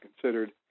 considered